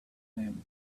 him